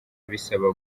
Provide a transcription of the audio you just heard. bisaba